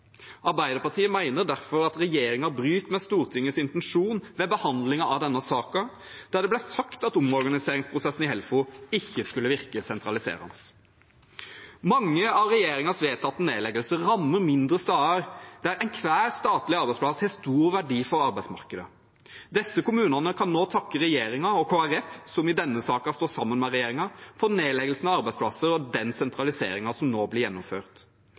Arbeiderpartiet mener derfor at regjeringen bryter med Stortingets intensjon ved behandlingen av denne saken, da det ble sagt at omorganiseringsprosessen i Helfo ikke skulle virke sentraliserende. Mange av regjeringens vedtatte nedleggelser rammer mindre steder der enhver statlig arbeidsplass har stor verdi for arbeidsmarkedet. Disse kommunene kan nå takke regjeringen og Kristelig Folkeparti, som i denne saken står sammen med regjeringen, for nedleggelsen av arbeidsplasser og den sentraliseringen som nå blir gjennomført.